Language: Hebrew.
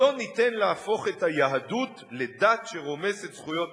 לא ניתן להפוך את היהדות לדת שרומסת זכויות נשים,